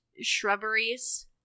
shrubberies